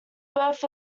birth